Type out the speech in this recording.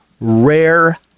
rare